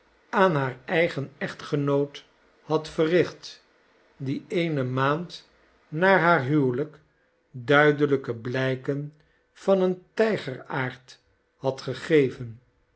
aan haar eigen echtgenoot had verricht die eene maand na haar huwelijk duidelijke blijken van een tijgeraard had gegeven